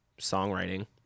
songwriting